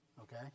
okay